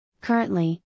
Currently